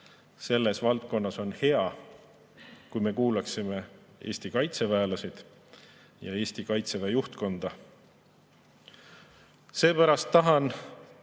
Selles valdkonnas oleks hea, kui me kuulaksime Eesti kaitseväelasi ja Eesti Kaitseväe juhtkonda. Seepärast tahan